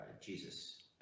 Jesus